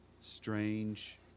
strange